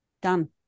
Done